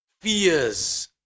fears